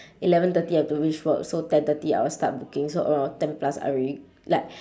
eleven thirty I have to reach work so ten thirty I will start booking so about ten plus I already like